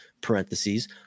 parentheses